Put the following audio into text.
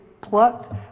plucked